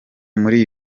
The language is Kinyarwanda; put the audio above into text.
muri